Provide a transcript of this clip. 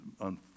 on